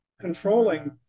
controlling